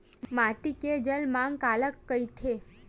माटी के जलमांग काला कइथे?